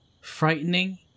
Frightening